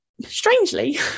strangely